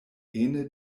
ene